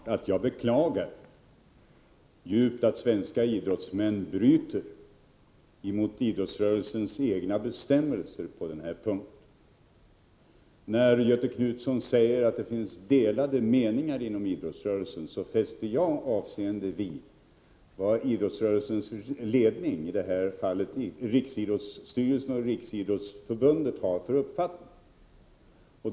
Herr talman! Det är självklart att jag djupt beklagar att svenska idrottsmän bryter mot idrottsrörelsens egna bestämmelser på den här punkten. När Göthe Knutson säger att det finns delade meningar inom idrottsrörelsen om dessa frågor, vill jag framhålla att jag fäster avseende vid vad Riksidrottsstyrelsen och Riksidrottsförbundet har för uppfattning.